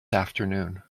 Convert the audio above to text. afternoon